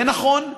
ונכון,